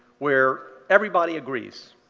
where everybody agrees,